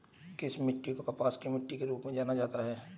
किस मिट्टी को कपास की मिट्टी के रूप में जाना जाता है?